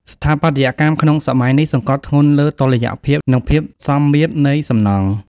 ស្ថាបត្យកម្មក្នុងសម័យនេះសង្កត់ធ្ងន់លើតុល្យភាព និងភាពសមមាត្រនៃសំណង់។